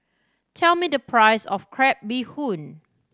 tell me the price of crab bee hoon